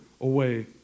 away